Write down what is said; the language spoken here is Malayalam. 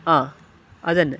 ആ അതന്നെ